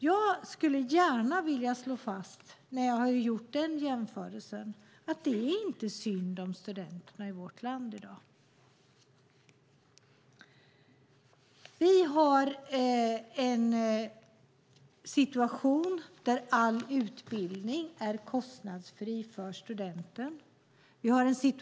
Efter att ha gjort den jämförelsen vill jag slå fast att det inte är synd om studenterna i vårt land. All utbildning är kostnadsfri för studenterna.